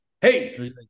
Hey